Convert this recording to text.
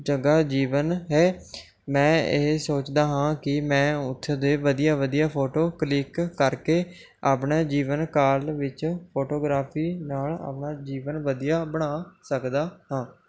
ਚੰਗਾ ਜੀਵਨ ਹੈ ਮੈਂ ਇਹ ਸੋਚਦਾ ਹਾਂ ਕਿ ਮੈਂ ਉੱਥੇ ਦੇ ਵਧੀਆ ਵਧੀਆ ਫੋਟੋ ਕਲਿੱਕ ਕਰਕੇ ਆਪਣੇ ਜੀਵਨ ਕਾਲ ਵਿੱਚ ਫੋਟੋਗ੍ਰਾਫੀ ਨਾਲ਼ ਆਪਣਾ ਜੀਵਨ ਵਧੀਆ ਬਣਾ ਸਕਦਾ ਹਾਂ